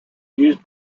used